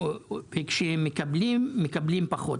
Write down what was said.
כשהם מקבלים, הם מקבלים פחות.